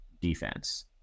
defense